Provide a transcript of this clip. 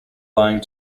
lying